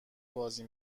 بازی